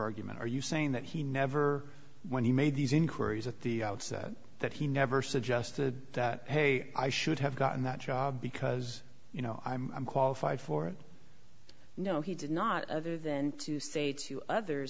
argument are you saying that he never when he made these inquiries at the outset that he never suggested that hey i should have gotten that job because you know i'm qualified for no he did not other than to say to others